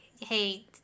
hey